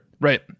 right